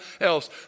else